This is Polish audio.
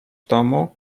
domu